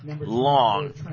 long